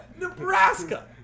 Nebraska